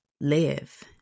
live